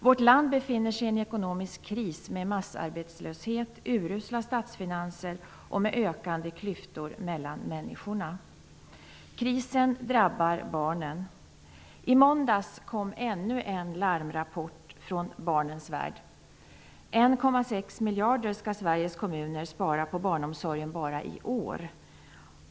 Vårt land befinner sig i en ekonomisk kris med massarbetslöshet, urusla statsfinanser och ökande klyftor mellan människorna. Krisen drabbar barnen. I måndags kom ännu en larmrapport från barnens värld. Sveriges kommuner skall spara 1,6 miljarder på barnomsorgen bara i år.